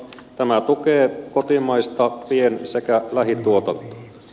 tämä tukee kotimaista pien sekä laadittua